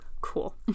Cool